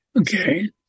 Okay